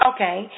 Okay